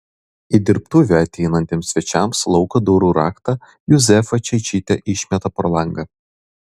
į dirbtuvę ateinantiems svečiams lauko durų raktą juzefa čeičytė išmeta pro langą